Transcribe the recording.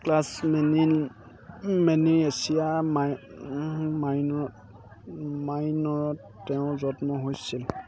ক্লাজ'মেনিৰ Asia মাইনৰত তেওঁৰ যত্ন হৈছিল